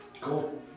Cool